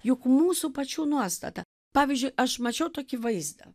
juk mūsų pačių nuostata pavyzdžiui aš mačiau tokį vaizdą